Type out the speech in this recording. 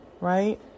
right